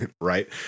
right